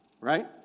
right